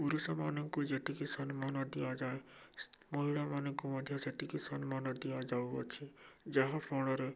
ପୁରୁଷମାନଙ୍କୁ ଯେତିକି ସମ୍ମାନ ଦିଆଯାଏ ମହିଳାମାନଙ୍କୁ ମଧ୍ୟ ସେତିକି ସମ୍ମାନ ଦିଆଯାଉଅଛି ଯାହା ଫଳରେ